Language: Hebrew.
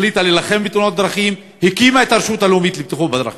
החליטה להילחם בתאונות הדרכים והקימה את הרשות הלאומית לבטיחות בדרכים.